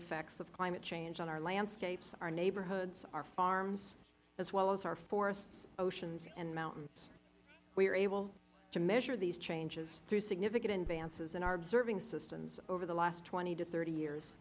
effects of climate change on our landscapes our neighborhoods our farms as well as our forests oceans and mountains we are able to measure these changes through significant advances in our observing systems over the last twenty to thirty years